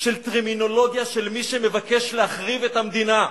של טרמינולוגיה של מי שמבקש להחריב את המדינה.